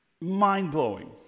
mind-blowing